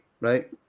right